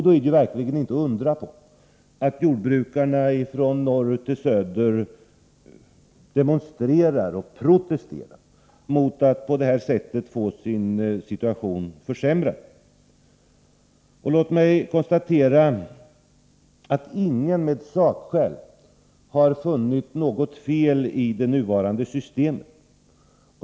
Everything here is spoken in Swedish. Det är verkligen inte att undra på att jordbrukarna från norr till söder demonstrerar och protesterar mot att på detta sätt få sin situation försämrad. Låt mig konstatera att ingen har anfört sakskäl för att det skulle finnas något fel i det nuvarande systemet.